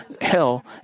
hell